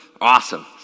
Awesome